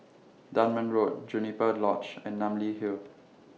Dunman Road Juniper Lodge and Namly Hill